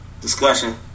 discussion